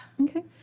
Okay